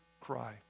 cry